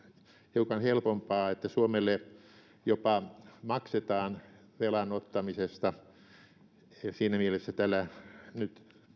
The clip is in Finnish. hiukan helpompaa että suomelle jopa maksetaan velan ottamisesta ja siinä mielessä tällä nyt